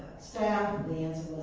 staff, the answer